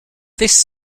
this